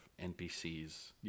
NPCs